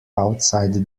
outside